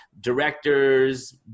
directors